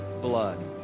blood